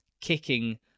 kicking